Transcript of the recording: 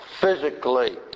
Physically